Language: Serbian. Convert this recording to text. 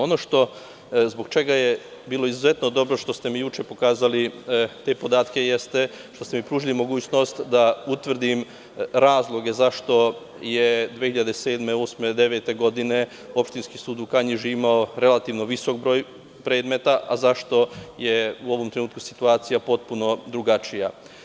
Ono zbog čega je bilo izuzetno dobro što ste mi juče pokazali te podatke jeste što ste mi pružili mogućnost da utvrdim razloge zašto je 2007, 2008, 2009. godine opštinski sud u Kanjiži imao relativno visok broj predmeta, a zašto je u ovom trenutku situacija potpuno drugačija.